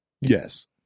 Yes